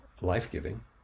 life-giving